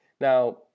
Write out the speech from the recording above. Now